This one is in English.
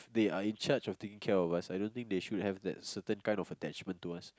they are in charge of taking care of us I don't think they should have that certain kind of attachment to us